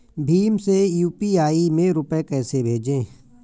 भीम से यू.पी.आई में रूपए कैसे भेजें?